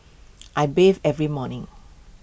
I bathe every morning